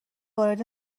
وارد